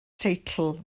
teitl